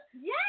Yes